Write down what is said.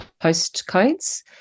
postcodes